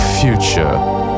future